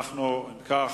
אם כך,